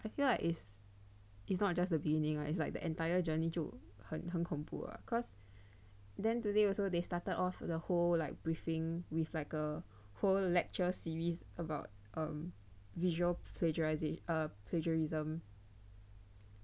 I feel like it's is not just the beginning like it's like the entire journey 就很很恐怖 ah cause then today also they started off the whole like briefing with like a whole lecture series about um visual plagiarising err plagiarism